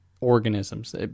organisms